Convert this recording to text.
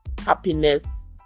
happiness